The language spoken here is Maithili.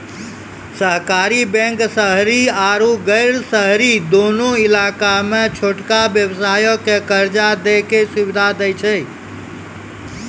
सहकारी बैंक शहरी आरु गैर शहरी दुनू इलाका मे छोटका व्यवसायो के कर्जा दै के सुविधा दै छै